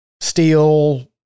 steel